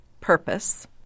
purpose